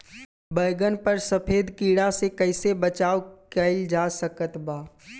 बैगन पर सफेद कीड़ा से कैसे बचाव कैल जा सकत बा?